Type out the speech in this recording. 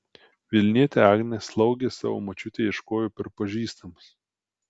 vilnietė agnė slaugės savo močiutei ieškojo per pažįstamus